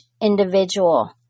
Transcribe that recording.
individual